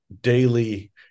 daily